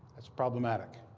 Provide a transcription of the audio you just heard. that's problematic.